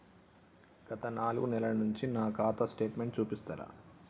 గత నాలుగు నెలల నుంచి నా ఖాతా స్టేట్మెంట్ చూపిస్తరా?